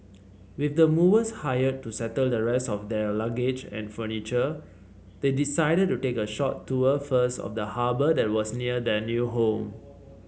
with the movers hired to settle the rest of their luggage and furniture they decided to take a short tour first of the harbour that was near their new home